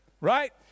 right